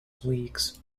weeks